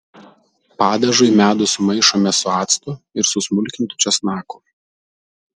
padažui medų sumaišome su actu ir susmulkintu česnaku